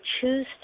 choose